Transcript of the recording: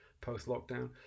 post-lockdown